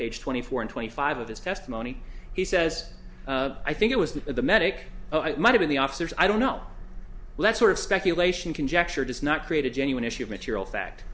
page twenty four and twenty five of his testimony he says i think it was that the medic might have the officers i don't know let's sort of speculation conjecture does not create a genuine issue of material fact